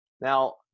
Now